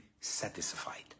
satisfied